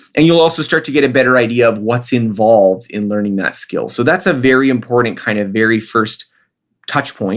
and you'll also start to get a better idea of what's involved in learning that skill. so, that's a very important kind of very first touchpoint